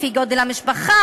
לפי גודל המשפחה,